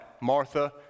Martha